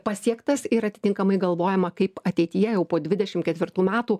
pasiektas ir atitinkamai galvojama kaip ateityje jau po dvidešimt ketvirtų metų